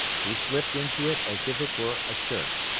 he slipped into it as if it were a shirt.